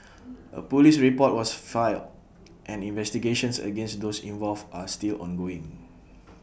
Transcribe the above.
A Police report was filed and investigations against those involved are still ongoing